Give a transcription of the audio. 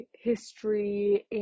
history